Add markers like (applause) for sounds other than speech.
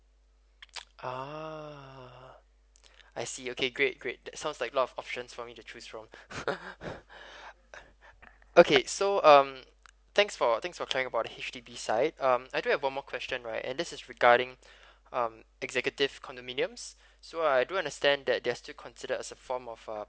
uh I see okay great great that sounds like a lot of options for me to choose from (laughs) okay so um thanks for thanks for clarifying about the H_D_B side um I do have one more question right and this is regarding um executive condominiums so I do understand that they're still considered as a form of uh